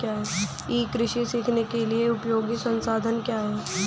ई कृषि सीखने के लिए उपयोगी संसाधन क्या हैं?